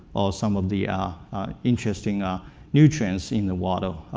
or some of the ah interesting ah nutrients in the water.